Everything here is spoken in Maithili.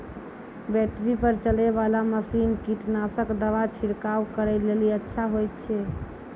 बैटरी पर चलै वाला मसीन कीटनासक दवा छिड़काव करै लेली अच्छा होय छै?